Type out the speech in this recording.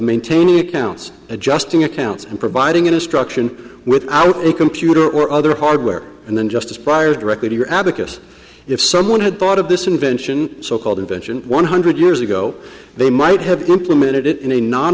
maintaining accounts adjusting accounts and providing instruction without a computer or other hardware and then just prior directly to your abacus if someone had thought of this invention so called invention one hundred years ago they might have implemented it in a non